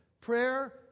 Prayer